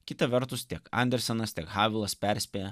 kita vertus tiek andersonas tiek havelas perspėja